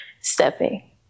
stepping